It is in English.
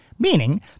meaning